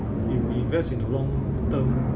if we invest in the long-term